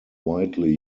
widely